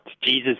Jesus